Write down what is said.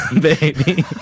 Baby